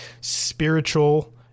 spiritual